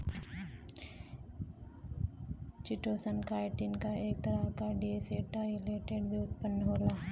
chitosan, chitin क एक तरह क डीएसेटाइलेटेड व्युत्पन्न होला